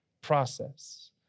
process